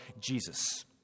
Jesus